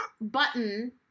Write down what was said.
button